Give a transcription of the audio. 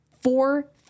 four